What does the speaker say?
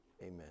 amen